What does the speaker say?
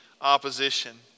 opposition